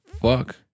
fuck